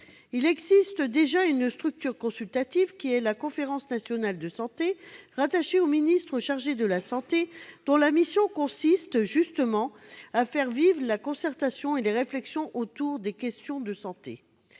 Il existe déjà une structure consultative, la Conférence nationale de santé, placée auprès du ministre chargé de la santé, dont la mission consiste justement à faire vivre la concertation et les réflexions autour des questions de santé.